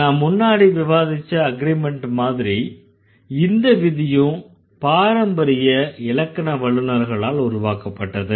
நாம முன்னாடி விவாதிச்ச அக்ரிமெண்ட் மாதிரி இந்த விதியும் பாரம்பரிய இலக்கண வல்லுநர்களால் உருவாக்கப்பட்டது